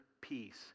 peace